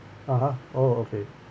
(uh huh) oh okay